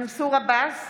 מנסור עבאס,